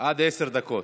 עד עשר דקות.